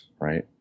right